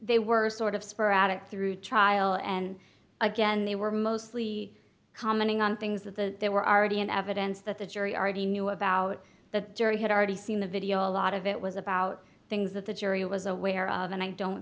they were sort of sporadic through trial and again they were mostly commenting on things that the there were already an evidence that the jury already knew about the jury had already seen the video a lot of it was about things that the jury was aware of and i don't